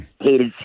hated